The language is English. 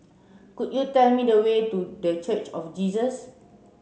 could you tell me the way to The Church of Jesus